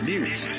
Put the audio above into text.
News